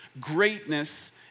greatness